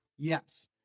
Yes